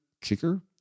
Kicker